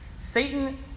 Satan